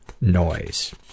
noise